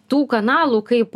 tų kanalų kaip